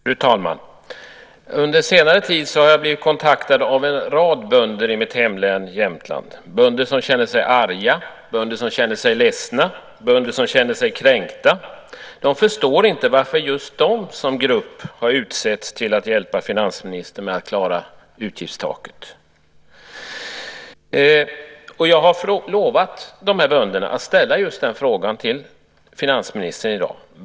Fru talman! Under senare tid har jag blivit kontaktad av en rad bönder i mitt hemlän Jämtland, bönder som känner sig arga, bönder som känner sig ledsna och bönder som känner sig kränkta. De förstår inte varför just de som grupp har utsetts till att hjälpa finansministern att klara utgiftstaket. Jag har lovat dessa bönder att ställa just den frågan till finansministern i dag.